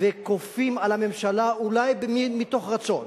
וכופים על הממשלה, אולי מתוך רצון,